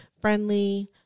friendly